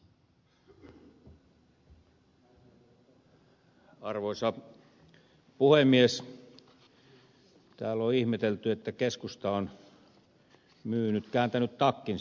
täällä on ihmetelty että keskusta on kääntänyt takkinsa